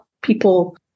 people